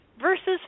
Versus